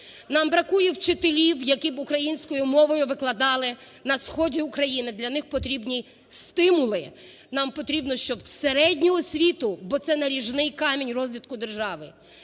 Нам бракує вчителів, які б українською мовою викладали на сході України, для них потрібні стимули. Нам потрібно, щоб у середню освіту, бо це наріжний камінь розвитку держави,